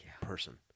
person